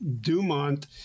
Dumont